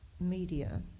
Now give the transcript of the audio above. media